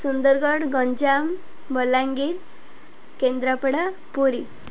Sundargarh Ganjam Balangir Kendrapara Puri